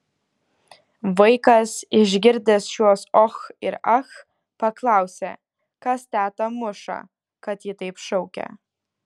vaikas išgirdęs šiuos och ir ach paklausė kas tetą muša kad ji taip šaukia